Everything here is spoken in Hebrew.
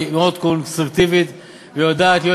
היא מאוד קונסטרוקטיבית ויודעת להיות